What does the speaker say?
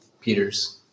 Peter's